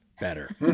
better